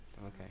Okay